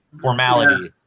formality